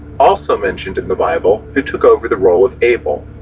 also mentioned in the bible, who took over the role of abel.